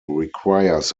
requires